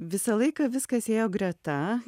visą laiką viskas ėjo greta